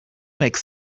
makes